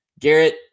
Garrett